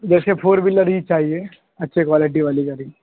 ویسے four wheeler ہی چاہیے اچھی کوالٹی والی گاڑی